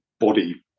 body